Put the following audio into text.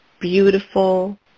beautiful